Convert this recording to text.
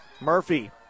Murphy